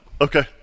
Okay